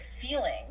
feeling